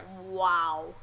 wow